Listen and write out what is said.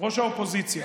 ראש האופוזיציה.